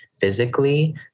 physically